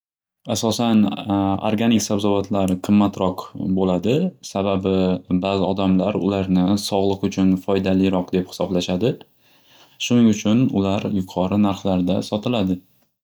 Asosan arganik sabzavotlar qimmatroq bo'ladi sababi ba'zi odamlar ularni sog'liq uchun foydaliroq deb hisoblashadi. Shuning uchun ular yuqori narxlarda sotiladi.